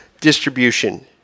Distribution